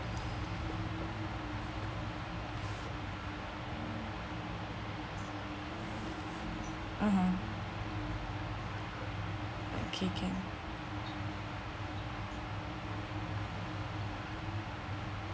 (uh huh) okay can